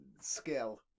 skill